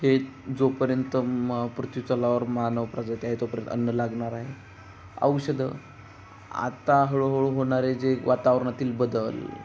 हे जोपर्यंत म पृथ्वीतलावर मानव प्रजाती आहे तोपर्यंत अन्न लागणार आहे औषधं आता हळूहळू होणारे जे वातावरणातील बदल